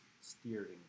steering